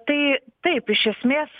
tai taip iš esmės